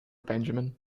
benjamin